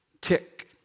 tick